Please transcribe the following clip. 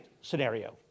scenario